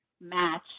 match